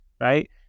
right